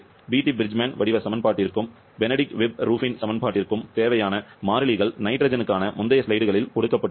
PT Bridgeman வடிவ சமன்பாட்டிற்கும் Benedict Webb Rubin சமன்பாட்டிற்கும் தேவையான மாறிலிகள் நைட்ரஜனுக்கான முந்தைய ஸ்லைடுகளில் கொடுக்கப்பட்டுள்ளன